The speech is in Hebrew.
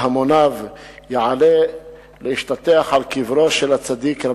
והמשטרה לקראת העלייה המסורתית למירון